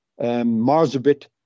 Marsabit